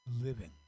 living